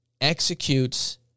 executes